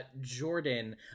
Jordan